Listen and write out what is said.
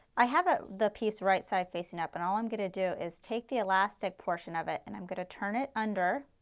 i have ah the piece right side facing up and all i am going to do is take the elastic portion of it and i am going to turn it under.